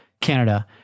Canada